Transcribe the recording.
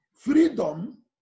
freedom